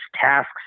tasks